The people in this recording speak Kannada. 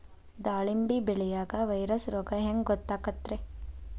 ದಾಳಿಂಬಿ ಬೆಳಿಯಾಗ ವೈರಸ್ ರೋಗ ಹ್ಯಾಂಗ ಗೊತ್ತಾಕ್ಕತ್ರೇ?